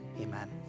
Amen